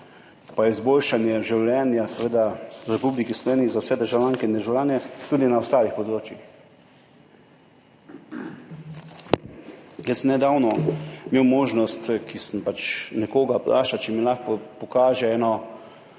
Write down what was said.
in izboljšanje življenja v Republiki Sloveniji za vse državljanke in državljane tudi na ostalih področjih. Jaz sem nedavno imel možnost, ko sem pač nekoga vprašal, če mi lahko pokaže eno